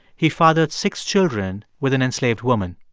he fathered six children with an enslaved woman